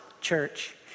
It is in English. church